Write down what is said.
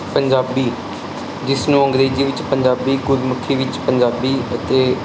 ਪੰਜਾਬੀ ਜਿਸ ਨੂੰ ਅੰਗਰੇਜ਼ੀ ਵਿੱਚ ਪੰਜਾਬੀ ਗੁਰਮੁਖੀ ਵਿੱਚ ਪੰਜਾਬੀ ਅਤੇ